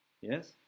yes